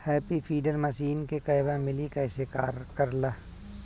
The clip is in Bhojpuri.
हैप्पी सीडर मसीन के कहवा मिली कैसे कार कर ला?